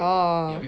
orh